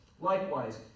Likewise